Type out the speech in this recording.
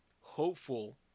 hopeful